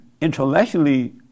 intellectually